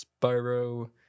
Spyro